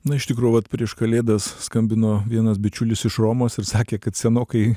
na iš tikrųjų vat prieš kalėdas skambino vienas bičiulis iš romos ir sakė kad senokai